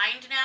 now